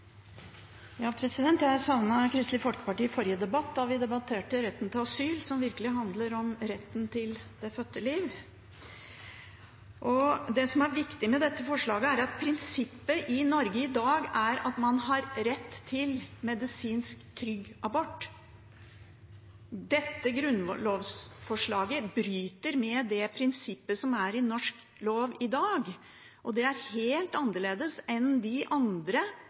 Jeg savnet Kristelig Folkeparti i forrige debatt, da vi debatterte retten til asyl, som virkelig handler om retten til det fødte liv. Det som er viktig med dette forslaget, er at prinsippet i Norge i dag er at man har rett til en medisinsk trygg abort. Dette grunnlovsforslaget bryter med det prinsippet som er i norsk lov i dag, og det er helt annerledes enn de andre